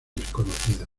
desconocidos